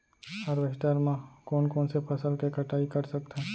Harvester म कोन कोन से फसल के कटाई कर सकथन?